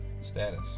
status